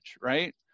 right